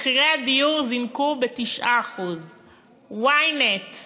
מחירי הדיור זינקו ב-9%; ynet: